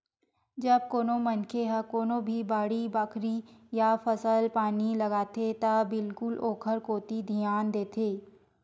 जब कोनो मनखे ह कोनो भी बाड़ी बखरी या फसल पानी लगाथे त बिल्कुल ओखर कोती धियान देथे